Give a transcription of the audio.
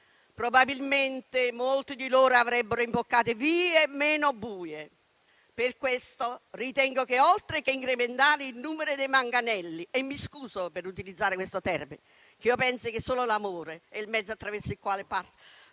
probabilmente molti di loro avrebbero imboccato vie meno buie. Per questo ritengo che, oltre che incrementare il numero dei manganelli - e mi scuso per aver utilizzato questo termine, perché io penso che l'amore sia il solo mezzo attraverso il quale si